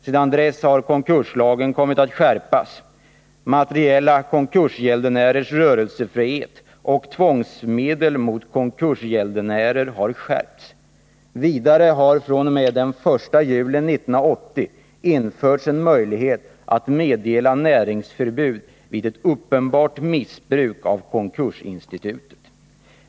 Sedan dess har konkurslagen kommit att skärpas. Skärpningen gäller materiella konkursgäldenärers rörelsefrihet och tvångsmedel mot konkursgäldenärer. Vidare har det fr.o.m. den 1 juli 1980 införts en möjlighet att meddela näringsförbud vid ett uppenbart missbruk av konkursinstitutet.